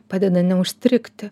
padeda neužstrigti